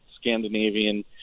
Scandinavian